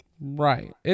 Right